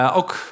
ook